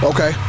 Okay